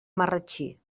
marratxí